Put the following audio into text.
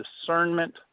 discernment